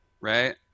right